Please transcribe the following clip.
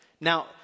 Now